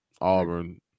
Auburn